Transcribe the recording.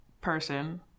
person